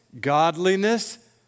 godliness